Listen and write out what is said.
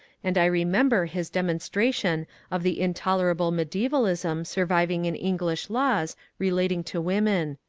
and i remember his demonstration of the intolerable mediaevalism surviving in english laws relating to women.